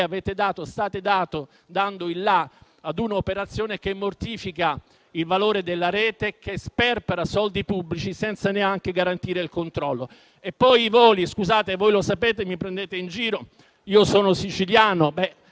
state dando il là ad un'operazione che mortifica il valore della rete, che sperpera soldi pubblici senza neanche garantire il controllo. Per quanto riguarda i voli, scusate, voi lo sapete e mi prendete anche in giro, io sono siciliano.